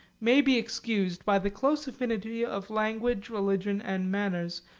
may be excused by the close affinity of language, religion, and manners,